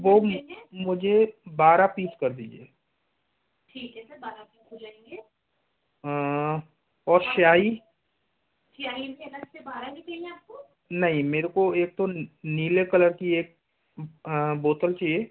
वो मुझे बारह पीस कर दीजिए और स्याही नहीं मुझे एक तो नीले कलर की एक बोतल चाहिए